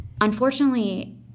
unfortunately